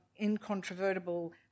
incontrovertible